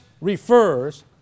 refers